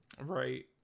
right